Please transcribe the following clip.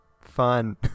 fun